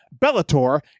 Bellator